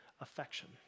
affection